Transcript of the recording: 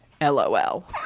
LOL